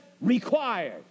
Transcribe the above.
required